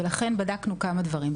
לכן בדקנו כמה דברים.